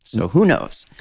so, who knows